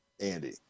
Andy